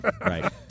Right